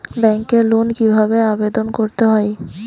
ব্যাংকে লোন কিভাবে আবেদন করতে হয়?